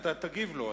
אתה תגיב לו.